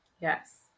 Yes